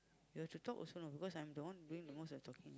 you've to talk also know because I'm the one doing most of the talking